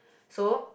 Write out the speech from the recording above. so